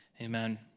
amen